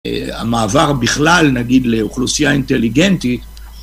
המעבר בכלל נגיד לאוכלוסייה אינטליגנטית